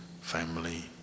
family